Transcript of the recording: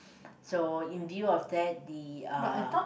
so in view of that the uh